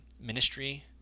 ministry